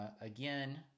again